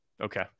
Okay